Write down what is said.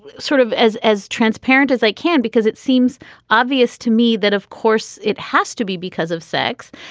sort of as as transparent as i can because it seems obvious to me that of course it has to be because of sex.